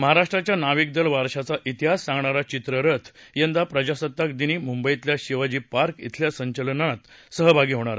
महाराष्ट्राच्या नाविक दल वारशाचा इतिहास सांगणारा चित्ररथ यंदा प्रजासत्ताक दिनी मुंबईतल्या शिवाजी पार्क इथल्या संचलनात सहभागी होणार आहे